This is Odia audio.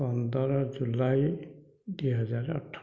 ପନ୍ଦର ଜୁଲାଇ ଦୁଇ ହଜାର ଅଠର